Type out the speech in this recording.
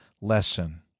lesson